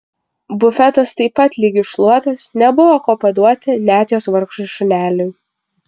bufetas taip pat lyg iššluotas nebuvo ko paduoti net jos vargšui šuneliui